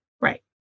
Right